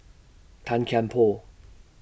Tan Kian Por